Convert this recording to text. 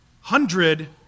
hundred